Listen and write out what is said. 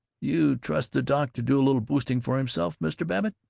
you trust the doc to do a little boosting for himself, mr. babbitt!